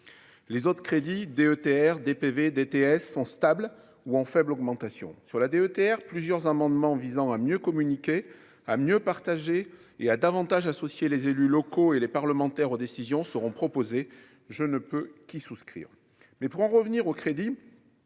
les autres crédits DETR DPV DTS sont stables ou en faible augmentation sur la DETR, plusieurs amendements visant à mieux communiquer à mieux partager et à davantage associer les élus locaux et les parlementaires aux décisions seront proposées : je ne peux qu'y souscrire mais pour en revenir au crédit,